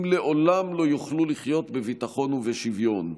לעולם לא יוכלו לחיות בביטחון ובשוויון,